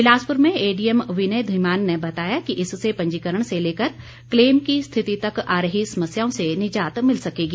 बिलासपुर में एडीएम विनय धीमान ने बताया कि इससे पंजीकरण से लेकर क्लेम की स्थिति तक आ रही समस्याओं से निजात मिल सकेगी